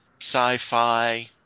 sci-fi